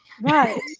Right